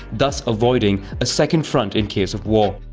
thus avoiding a second front in case of war.